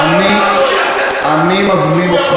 טלב, טלב, אני מזמין אותך,